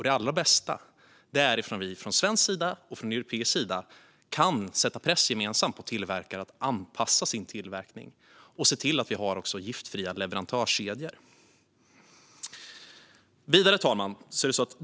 Det allra bästa är om vi från svensk sida och från europeisk sida gemensamt kan sätta press på tillverkare att anpassa sin tillverkning och se till att vi har giftfria leverantörskedjor. Fru talman!